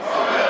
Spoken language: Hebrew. רוברט,